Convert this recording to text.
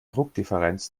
druckdifferenz